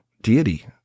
deity